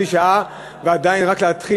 שאתה יכול לדבר חצי שעה ועדיין רק להתחיל,